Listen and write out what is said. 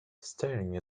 staring